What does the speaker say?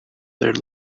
their